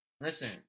Listen